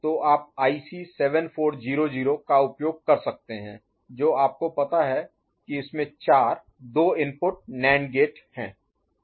तो आप आईसी 7400 का उपयोग कर सकते हैं जो आपको पता है कि इसमें चार क्वैड 2 इनपुट नैंड गेट है